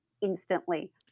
instantly